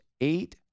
eight